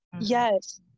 Yes